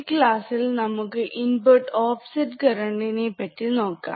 ഈ ക്ലാസ്സിൽ നമുക്ക് ഇൻപുട് ഓഫസറ്റ് കറന്റ്നെ പറ്റി നോക്കാം